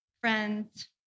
friends